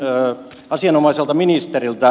kysyisin asianomaiselta ministeriltä